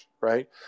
right